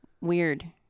weird